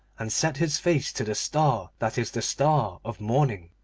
and set his face to the star that is the star of morning.